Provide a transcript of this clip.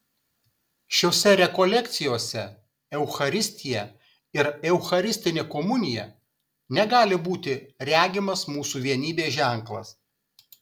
šiose rekolekcijose eucharistija ir eucharistinė komunija negali būti regimas mūsų vienybės ženklas